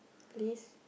please